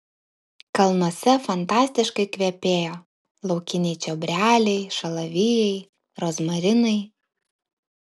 kalnuose fantastiškai kvepėjo laukiniai čiobreliai šalavijai rozmarinai